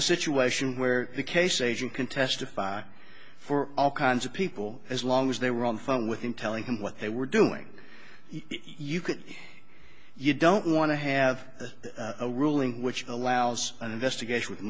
a situation where the case agent can testify for all kinds of people as long as they were on the phone with him telling him what they were doing you could you don't want to have a ruling which allows an investigation with